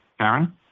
Karen